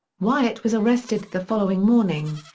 wyatt was arrested the following morning.